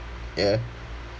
ya